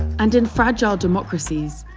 and in fragile democracies,